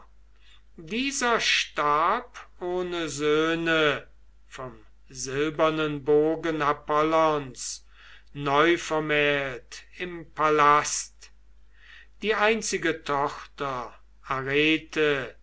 dieser starb ohne söhne vom silbernen bogen apollons neuvermählt im palast die einzige tochter